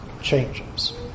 changes